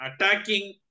attacking